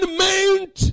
meant